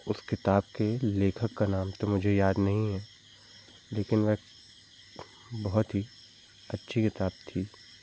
उस किताब के लेखक का नाम तो मुझे याद तो नहीं है लेकिन वह बहोत ही अच्छी किताब थी